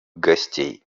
гостей